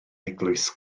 eglwys